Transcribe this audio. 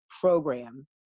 program